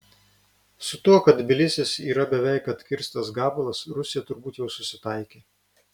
su tuo kad tbilisis yra beveik atkirstas gabalas rusija turbūt jau susitaikė